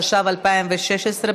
התשע"ו 2016,